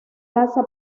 casa